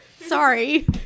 Sorry